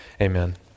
amen